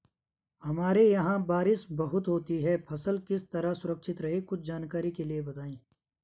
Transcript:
हमारे यहाँ बारिश बहुत होती है फसल किस तरह सुरक्षित रहे कुछ जानकारी के लिए बताएँ?